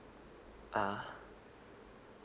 ah